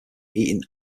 eating